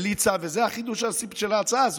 נשק, בלי צו, זה החידוש של ההצעה הזו.